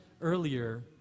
earlier